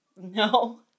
No